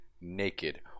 naked